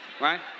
right